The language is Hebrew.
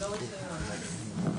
זה מבורך.